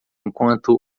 enquanto